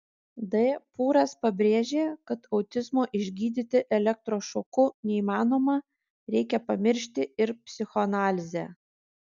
d pūras pabrėžė kad autizmo išgydyti elektrošoku neįmanoma reikia pamiršti ir psichoanalizę